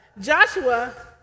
Joshua